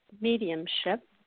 mediumship